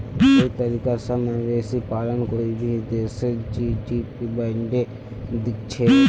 सही तरीका स मवेशी पालन कोई भी देशेर जी.डी.पी बढ़ैं दिछेक